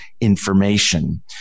information